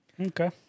Okay